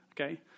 Okay